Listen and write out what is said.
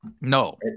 No